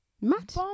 Matt